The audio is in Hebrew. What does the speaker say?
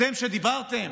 אתם, שדיברתם